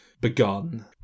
begun